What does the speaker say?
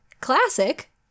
classic